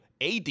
AD